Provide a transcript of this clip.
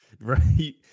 Right